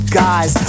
guys